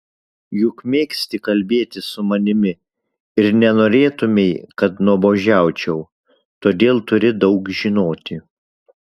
juk mėgsti kalbėti su manimi ir nenorėtumei kad nuobodžiaučiau todėl turi daug žinoti